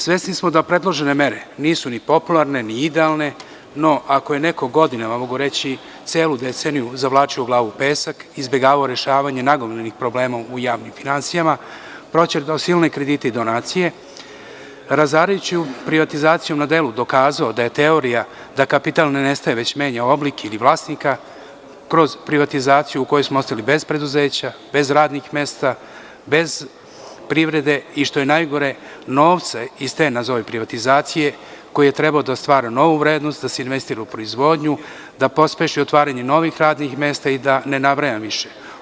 Svesni smo da predložene mere nisu ni popularne, ni idealne, no ako je neko godinama, mogu reći celu deceniju zavlačio glavu u pesak, izbegavao rešavanje nagomilanih problema u javnim finansijama, proćerdao silne kredite i donacije, razarajući privatizaciju na delu dokazao da je teorija da kapital ne nestaje već menja oblik i vlasnika kroz privatizaciju u kojoj smo ostali bez preduzeća, bez radnih mesta, bez privrede i što je najgore novca iz te, nazovi privatizacije koji je trebao da stvara novu vrednost, da se investira u proizvodnju, da pospeši otvaranje novih radnih mesta i da ne nabrajam više.